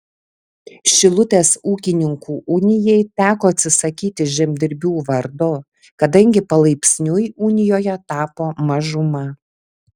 šilutės ūkininkų unijai teko atsisakyti žemdirbių vardo kadangi palaipsniui unijoje tapo mažuma